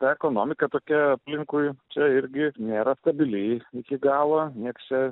ekonomika tokia aplinkui čia irgi nėra stabiliai iki galo nieks čia